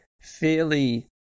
fairly